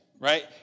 right